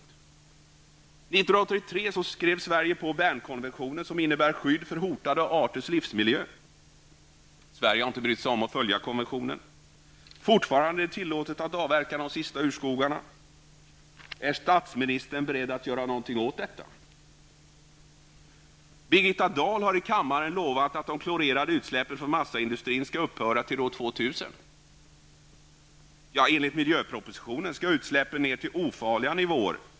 År 1983 skrev Sverige på Bernkonventionen, som innebär skydd för hotade arters livsmiljö. Sverige har inte brytt sig om att följa konventionen. Det är fortfarande tillåtet att avverka de sista urskogarna. Är statsministern beredd att göra någonting åt detta? Birgitta Dahl har i kammaren lovat att de klorerade utsläppen från massaindustrin skall upphöra till år 2000. Enligt miljöpropositionen skall utsläppen ner till ofarliga nivåer.